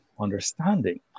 understanding